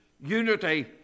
unity